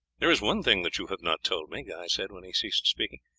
there is one thing that you have not told me, guy said when he ceased speaking.